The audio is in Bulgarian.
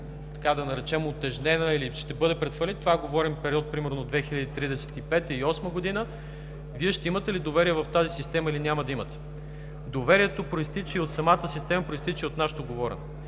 че е прекалено утежнена или че ще бъде пред фалит, говорим за период примерно 2035 – 2038 г., Вие ще имате ли доверие в тази система или няма да имате? Доверието произтича от самата система, произтича от нашето говорене.